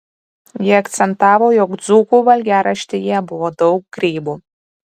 ji akcentavo jog dzūkų valgiaraštyje buvo daug grybų